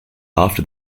after